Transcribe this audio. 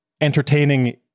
entertaining